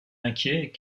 inquiet